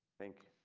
thank.